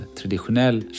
traditionell